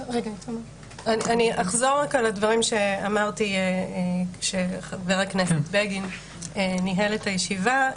אני אחזור רק על הדברים שאמרתי כשחבר הכנסת בגין ניהל את הישיבה.